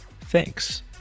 Thanks